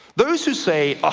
those who say, ah